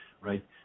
right